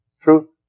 truth